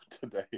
today